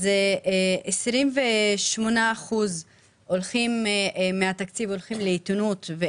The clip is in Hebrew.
אז 28% מהתקציב הולך לעיתונות,